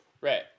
Right